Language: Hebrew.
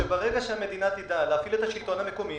שברגע שהמדינה תדע להפעיל את השלטון המקומי